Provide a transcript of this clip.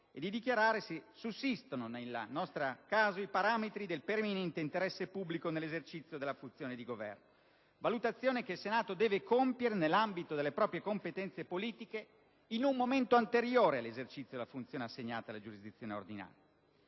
e di dichiarare se sussistano in questo caso i parametri del preminente interesse pubblico nell'esercizio della funzione di governo, valutazione che il Senato deve compiere nell'ambito delle proprie competenze politiche in un momento anteriore all'esercizio della funzione assegnata alla giurisdizione ordinaria.